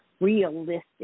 realistic